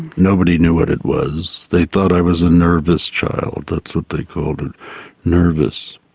nobody knew what it was, they thought i was nervous child, that's what they called it nervous.